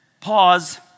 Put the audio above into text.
Pause